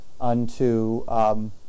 unto